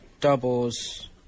doubles